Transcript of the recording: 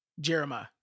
Jeremiah